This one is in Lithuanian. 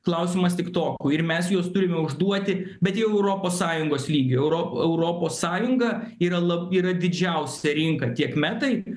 klausimas tiktokui ir mes juos turime užduoti bet jau europos sąjungos lygiu euro europos sąjunga yra lab yra didžiausia rinka tiek metai